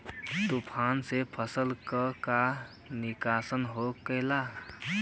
तूफान से फसल के का नुकसान हो खेला?